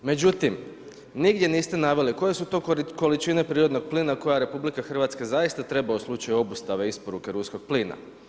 Međutim, nigdje niste naveli koje su to količine prirodnog plina koje RH zaista treba u slučaju obustave isporuke ruskog plina.